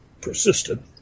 persisted